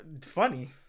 Funny